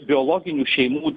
biologinių šeimų